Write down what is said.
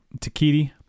Takiti